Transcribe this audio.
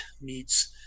meets